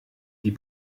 die